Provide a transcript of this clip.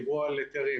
היתרים.